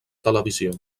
televisió